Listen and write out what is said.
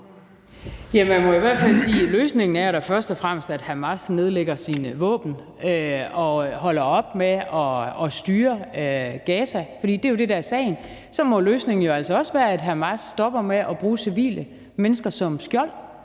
løsningen da først og fremmest er, at Hamas nedlægger sine våben og holder op med at styre Gaza. For det er jo det, der er sagen. Så må løsningen jo altså også være, at Hamas stopper med at bruge civile som skjold.